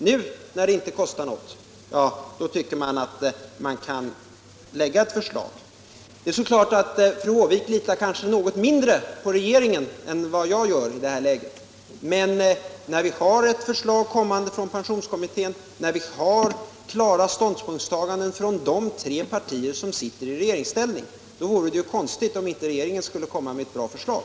Nu, när det inte kostar något, tycker man att man kan vara mer positiv. Doris Håvik litar kanske i det här läget något mindre på regeringen än vad jag gör. Men när ett förslag skall komma från pensionskommittén, när vi har klara ståndpunktstaganden från de tre partier som sitter i regeringsställning — då vore det ju konstigt om inte regeringen skulle lägga fram ett bra förslag.